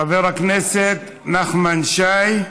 חבר הכנסת נחמן שי.